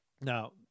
Now